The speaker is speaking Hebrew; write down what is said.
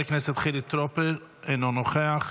חבר הכנסת חילי טרופר, אינו נוכח.